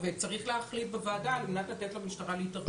צריך להחליט בוועדה על זמן שנותנים למשטרה להתארגן.